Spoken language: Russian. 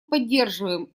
поддерживаем